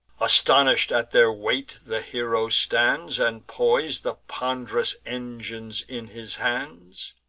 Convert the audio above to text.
astonish'd at their weight, the hero stands, and pois'd the pond'rous engines in his hands.